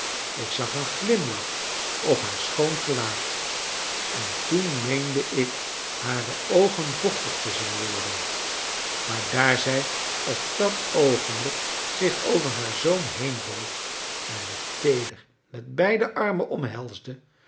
ik zag een glimlach op haar schoon gelaat en toen meende ik hare oogen vochtig te zien worden maar daar zij op dat oogenblik zich over haar zoon heenboog en hem teeder met beide armen omhelsde